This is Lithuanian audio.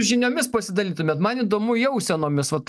žiniomis pasidalintumėt man įdomu jausenomis vat